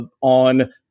on